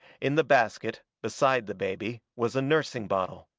in the basket, beside the baby, was a nursing bottle.